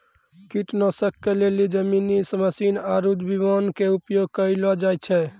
कीटनाशक के लेली जमीनी मशीन आरु विमान के उपयोग कयलो जाय छै